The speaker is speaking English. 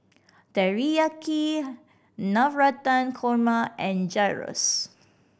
Teriyaki Navratan Korma and Gyros